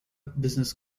business